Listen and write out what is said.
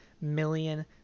million